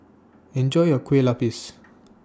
Enjoy your Kueh Lopes